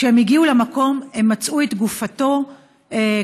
כשהם הגיעו למקום הם מצאו גופתו כשהיא